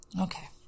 Okay